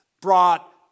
brought